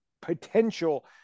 potential